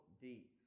deep